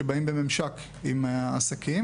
שבאים בממשק עם עסקים,